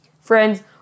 friends